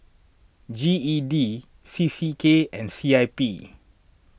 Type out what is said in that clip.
G E D C C K and C I P